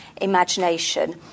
imagination